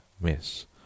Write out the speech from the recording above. Miss